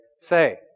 say